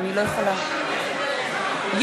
נגד מנואל טרכטנברג,